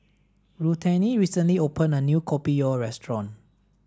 Ruthanne recently opened a new Kopi o restaurant